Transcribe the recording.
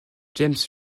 james